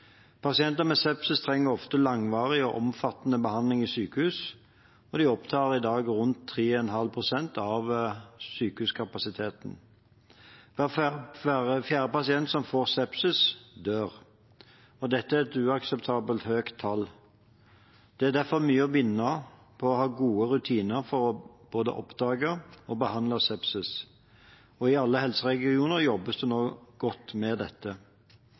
Pasienter med sepsis trenger ofte langvarig og omfattende behandling i sykehus, og de opptar i dag rundt 3,5 pst. av sengekapasiteten. Hver fjerde pasient som får sepsis, dør. Dette er et uakseptabelt høyt tall. Det er derfor mye å vinne på å ha gode rutiner for både å oppdage og behandle sepsis. I alle helseregioner jobbes det nå godt med dette.